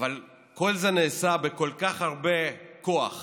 אבל כל זה נעשה בכל כך הרבה כוח